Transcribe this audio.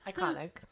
Iconic